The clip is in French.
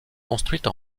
construites